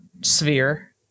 sphere